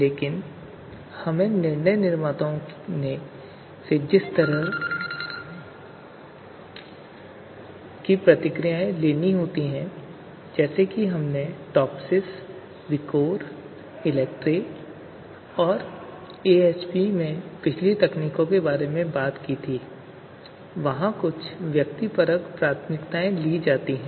इसलिए हमें निर्णय निर्माताओं से जिस तरह की प्रतिक्रियाएँ लेनी होती हैं जैसे कि हमने टॉपसिस विकोर विद्युत और एएचपी में पिछली तकनीकों के बारे में बात की थी वहाँ कुछ व्यक्तिपरक प्राथमिकताएँ ली जाती हैं